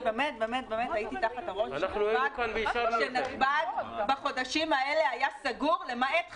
הייתי תחת הרושם שנתב"ג בחודשים האלה היה סגור למעט חריגים.